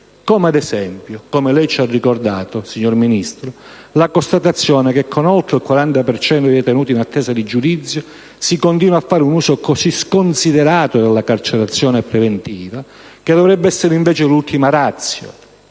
come, ad esempio, come lei ci ha ricordato, signor Ministro, la constatazione che con oltre il 40 per cento di detenuti in attesa di giudizio si continua a fare un uso così sconsiderato della carcerazione preventiva, che dovrebbe essere invece l'*extrema ratio*,